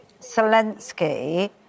Zelensky